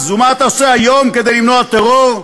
אז, ומה אתה עושה היום כדי למנוע טרור?